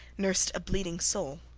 nursed a bleeding sole.